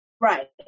Right